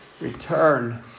Return